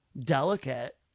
delicate